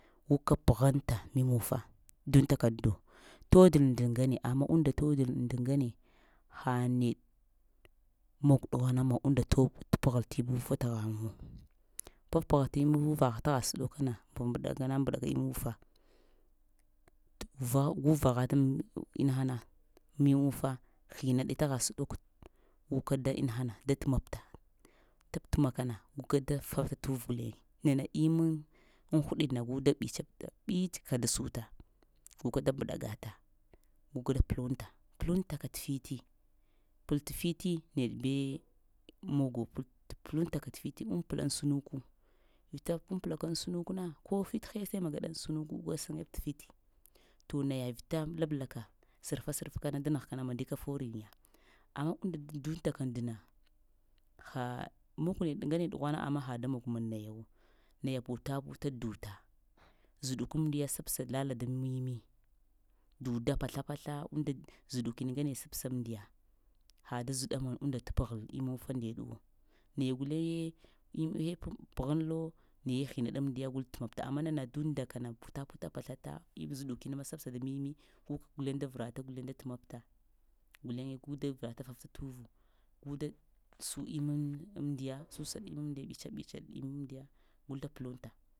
Guka pghanta memufa dontaka aŋ do todal aŋ d-ŋgne, amma unda todal aŋ d-ŋgne, amma unda todal aŋ d-ŋgne ha naɗe mog dughuna maŋ uda tb tabghal imufa taghaŋo pf-pghal mufagh tasghasɗoko kana mbɗa gana mbɗaka imufa t vagha go vaghatan inahana mimufa hinaɗa taghasɗoko guka da inaha da tmapta tabtmakana guka da fafta tuvo guley nana eman aŋ huɗina guda ɓətsapta ɓəts kada suta guka da mbɗa-gata guka da plunta, pluntaka ti fiti pla ts fiti neɗ beə mego plt pluntaka ts fili umplon snuku uta punplaka aŋ snukna ko fiti həsa magŋ aŋ snuku gwa sŋgeb ts fiti to naya vita lavlaka surfa surfaka da nahka na madika forinya amma unda da dontaka aŋ dna ha muhlin ngne ɗoghuna amma ha da mog mannayawo nayu puta-puta dota zɗdukanmidiya sabsa lala dan mimi doda psla-psla unda zɗukin ŋgne sabsandiya ha da zɗa maŋ unda t pghal immifan diyo nɗeɗow naya guleŋ amye pghanlo naye hinaɗa andiya gul tmapta amma nana donda kana puta-puta pslata zɗukin ma spsa da mimi guka gulen da vrata gulen tmapta guleŋ go da vrata fafta tuvo guda gu su imam diya susa iman diya ɓatsp ɓets imandiya gul da plunta.